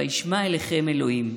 וישמע אליכם אלהים.